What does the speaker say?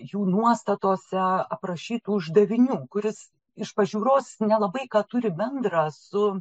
jų nuostatose aprašytų uždavinių kuris iš pažiūros nelabai ką turi bendra su